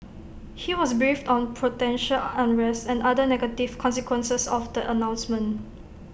he was briefed on potential unrest and other negative consequences of the announcement